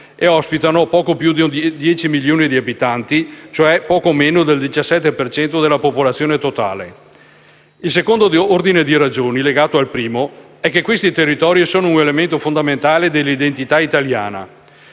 e ospitano poco più di dieci milioni di abitanti, cioè poco meno del 17 per cento della popolazione totale. Il secondo ordine di ragioni, legato al primo, è che questi territori sono un elemento fondamentale della entità italiana.